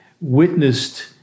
witnessed